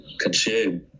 consume